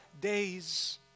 days